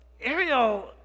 Ariel